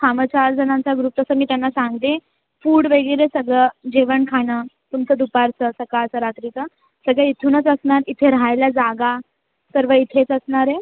हां मग चार जणांचा ग्रुप तसं मी त्यांना सांगते फुड वगैरे सगळं जेवणखाणं तुमचं दुपारचं सकाळचं रात्रीचं सगळं इथूनच असणार इथे राहायला जागा सर्व इथेच असणार आहे